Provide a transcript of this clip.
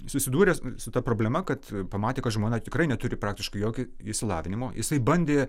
susidūręs su ta problema kad pamatė kad žmona tikrai neturi praktiškai jokio išsilavinimo jisai bandė